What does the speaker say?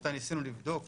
שאותה ניסינו לבדוק,